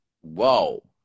whoa